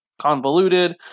convoluted